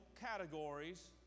categories